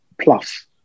plus